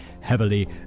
heavily